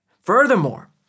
Furthermore